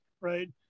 right